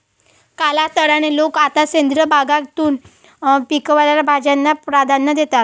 कालांतराने, लोक आता सेंद्रिय बागकामातून पिकवलेल्या भाज्यांना प्राधान्य देतात